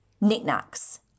knickknacks